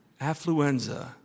Affluenza